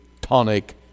tonic